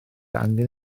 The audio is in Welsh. angen